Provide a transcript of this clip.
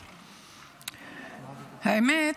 האמת,